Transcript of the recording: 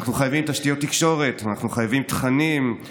אנחנו חייבים תשתיות תקשורת ואנחנו חייבים תכנים,